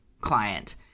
client